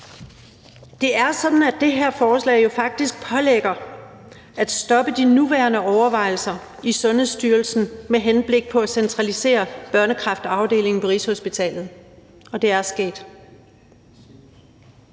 Det er sådan, at det her forslag jo faktisk pålægger at stoppe de nuværende overvejelser i Sundhedsstyrelsen med henblik på at centralisere børnekræftafdelingerne på Rigshospitalet, og det er sket.